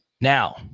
Now